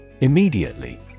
Immediately